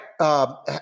right